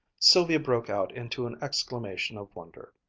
sylvia broke out into an exclamation of wonder.